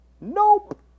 Nope